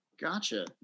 Gotcha